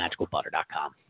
MagicalButter.com